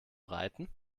reiten